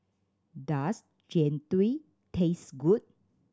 does Jian Dui taste good